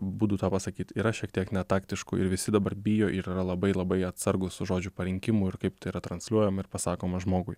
būdų tą pasakyt yra šiek tiek netaktiškų ir visi dabar bijo ir yra labai labai atsargūs su žodžių parinkimu ir kaip tai yra transliuojama ir pasakoma žmogui